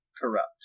corrupt